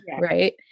Right